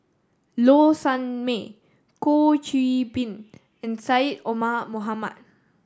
Low Sanmay Goh Qiu Bin and Syed Omar Mohamed